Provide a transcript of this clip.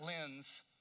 lens